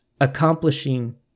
accomplishing